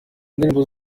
indirimbo